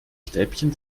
stäbchen